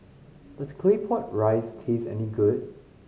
does Claypot Rice taste any good